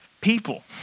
people